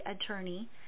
attorney